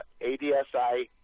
ADSI